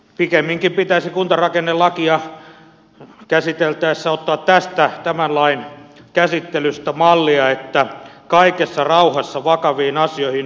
pikemminkin pitäisi kuntarakennelakia käsiteltäessä ottaa tästä tämän lain käsittelystä mallia että kaikessa rauhassa vakaviin asioihin suhtaudutaan